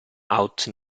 aut